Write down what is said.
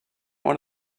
want